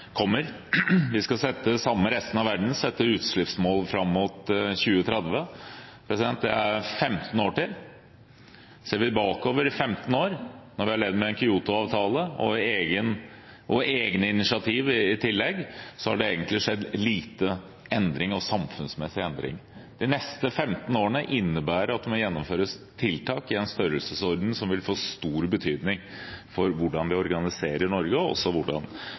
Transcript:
kommer. Vi skal – sammen med resten av verden – sette utslippsmål fram mot 2030. Det er 15 år til. Ser vi 15 år bakover i tid, når vi har levd med en Kyoto-avtale og i tillegg egne initiativ, så har det egentlig skjedd lite endring og samfunnsmessig endring. Det innebærer at det de neste 15 årene må gjennomføres tiltak i en størrelsesorden som vil få stor betydning for hvordan vi organiserer Norge, og også for både hvordan